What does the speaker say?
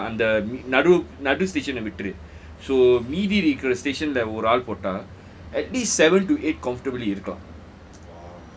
ஒரு ஆள் போட்டா:oru aal pottaa so நடு:nadu station ஏ விட்டுரு மீதி இருக்குற:eh vitru meethi irukkura station ல ஒரு ஆள் போட்டா:la oru aal pottaa at least seven to eight comfortably you got